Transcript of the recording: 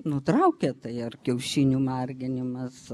nutraukia tai ar kiaušinių marginimas